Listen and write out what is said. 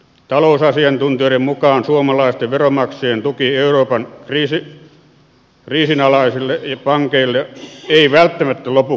talousasiantuntijoiden mukaan suomalaisten veronmaksajien tuki euroopan kriisinalaisille ja pankeille ei välttämättä lopu koskaan